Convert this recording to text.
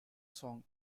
song